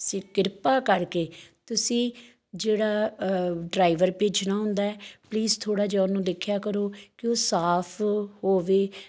ਸੀ ਕਿਰਪਾ ਕਰਕੇ ਤੁਸੀਂ ਜਿਹੜਾ ਡਰਾਈਵਰ ਭੇਜਣਾ ਹੁੰਦਾ ਪਲੀਜ਼ ਥੋੜ੍ਹਾ ਜਿਹਾ ਉਹਨੂੰ ਦੇਖਿਆ ਕਰੋ ਕਿ ਉਹ ਸਾਫ ਹੋਵੇ